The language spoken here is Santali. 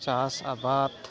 ᱪᱟᱥ ᱟᱵᱟᱫᱽ